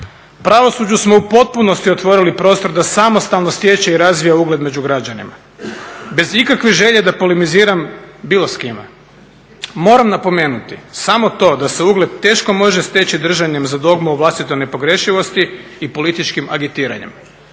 Pravosuđu smo u potpunosti otvorili prostor da samostalno stječe i razvija ugled među građanima bez ikakve želje da polemiziram bilo s kime. Moram napomenuti samo to da se ugled teško može steći držanjem za dogmu o vlastitoj nepogrešivosti i političkim agitiranjem.